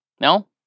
No